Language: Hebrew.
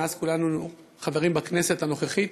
מאז כולנו חברים בכנסת הנוכחית,